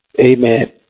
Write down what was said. Amen